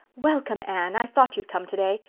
welcome, anne. i thought you'd come today.